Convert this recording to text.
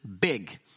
big